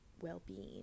well-being